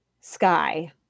sky